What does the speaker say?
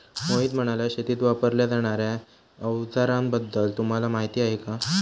मोहित म्हणाला, शेतीत वापरल्या जाणार्या अवजारांबद्दल तुम्हाला माहिती आहे का?